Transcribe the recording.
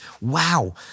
wow